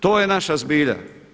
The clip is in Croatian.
To je naša zbilja.